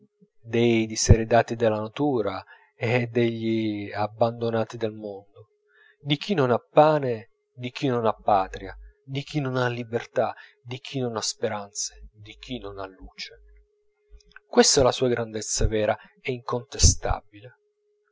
dei diseredati dalla natura e degli abbandonati dal mondo di chi non ha pane di chi non ha patria di chi non ha libertà di chi non ha speranze di chi non ha luce questa è la sua grandezza vera e incontestabile